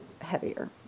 heavier